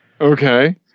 Okay